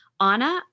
Anna